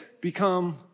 become